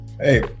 hey